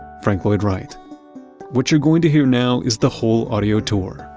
frank lloyd wright what you're going to hear now is the whole audio tour.